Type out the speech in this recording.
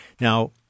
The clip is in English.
Now